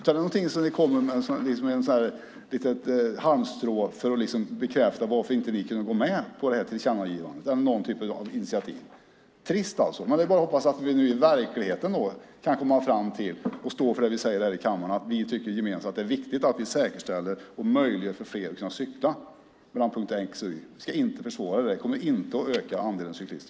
Det är någonting som ni kommer med som ett litet halmstrå för att bekräfta varför ni inte kunde gå med på tillkännagivandet eller någon typ av initiativ. Det är trist, men det är bara att hoppas att vi nu i verkligheten kan komma fram till och stå för det vi säger här i kammaren, att vi gemensamt tycker att det är viktigt att vi säkerställer möjligheten för fler att cykla mellan punkt x och y. Vi ska inte försvåra det. Det kommer inte att öka andelen cyklister.